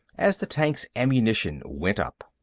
as the tank's ammunition went up.